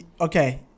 Okay